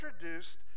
introduced